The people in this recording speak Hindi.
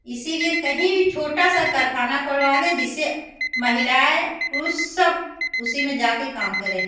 इसीलिए कहीं भी छोटा सा कारख़ाना खुलवा दें जिससे महिलाएँ पुरुष सब उसी में जाकर काम करें